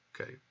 okay